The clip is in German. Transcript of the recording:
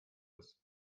ist